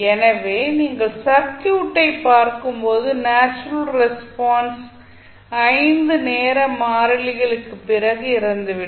எனவே நீங்கள் சர்க்யூட்டை பார்க்கும் போது நேச்சுரல் ரெஸ்பான்ஸ் 5 நேர மாறிலிகளுக்குப் பிறகு இறந்துவிடும்